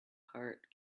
heart